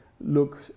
look